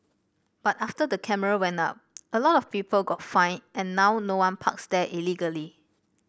but after the camera went up a lot of people got fined and now no one parks there illegally